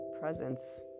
presence